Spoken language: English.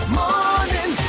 morning